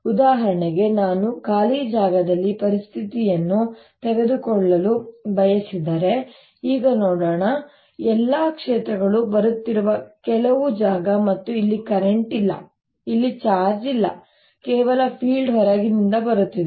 ಉದಾಹರಣೆಗೆ ನಾನು ಖಾಲಿ ಜಾಗದಲ್ಲಿ ಪರಿಸ್ಥಿತಿಯನ್ನು ತೆಗೆದುಕೊಳ್ಳಲು ಬಯಸಿದರೆ ಈಗ ನೋಡೋಣ ನಾನು ಈ ಎಲ್ಲಾ ಕ್ಷೇತ್ರಗಳು ಬರುತ್ತಿರುವ ಕೆಲವು ಜಾಗ ಮತ್ತು ಇಲ್ಲಿ ಕರೆಂಟ್ ಇಲ್ಲ ಇಲ್ಲಿ ಚಾರ್ಜ್ ಇಲ್ಲ ಕೇವಲ ಫೀಲ್ಡ್ ಹೊರಗಿನಿಂದ ಬರುತ್ತಿದೆ